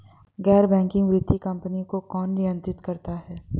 गैर बैंकिंग वित्तीय कंपनियों को कौन नियंत्रित करता है?